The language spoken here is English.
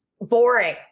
boring